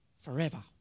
forever